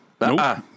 Nope